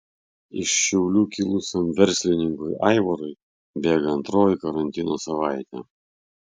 iš šiaulių kilusiam verslininkui aivarui bėga antroji karantino savaitė